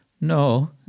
No